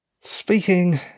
Speaking